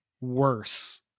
worse